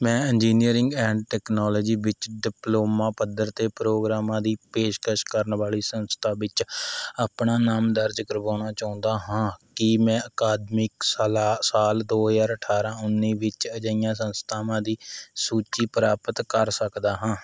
ਮੈਂ engineering and technology ਵਿੱਚ diploma ਪੱਧਰ ਦੇ ਪ੍ਰੋਗਰਾਮਾਂ ਦੀ ਪੇਸ਼ਕਸ਼ ਕਰਨ ਵਾਲ਼ੀ ਸੰਸਥਾ ਵਿੱਚ ਆਪਣਾ ਨਾਮ ਦਰਜ ਕਰਵਾਉਣਾ ਚਾਹੁੰਦਾ ਹਾਂ ਕੀ ਮੈਂ ਅਕਾਦਮਿਕ ਸਾਲਾ ਸਾਲ ਦੋ ਹਜ਼ਾਰ ਅਠਾਰ੍ਹਾਂ ਉੱਨੀ ਵਿੱਚ ਅਜਿਹੀਆਂ ਸੰਸਥਾਵਾਂ ਦੀ ਸੂਚੀ ਪ੍ਰਾਪਤ ਕਰ ਸਕਦਾ ਹਾਂ